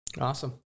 Awesome